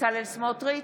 בצלאל סמוטריץ'